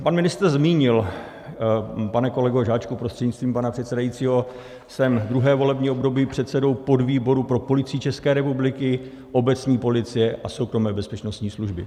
Pan ministr zmínil, pane kolego Žáčku prostřednictvím pana předsedajícího, jsem druhé volební období předsedou podvýboru pro Policii České republiky, obecní policie a soukromé bezpečnostní služby.